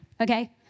okay